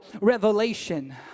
revelation